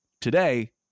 Today